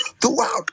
throughout